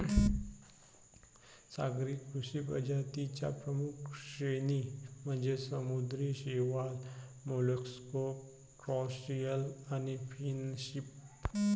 सागरी कृषी प्रजातीं च्या प्रमुख श्रेणी म्हणजे समुद्री शैवाल, मोलस्क, क्रस्टेशियन आणि फिनफिश